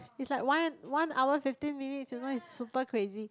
is like one one hour fifteen minutes you know it's super crazy